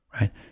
right